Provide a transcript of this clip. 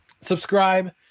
subscribe